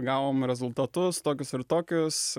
gavom rezultatus tokius ir tokius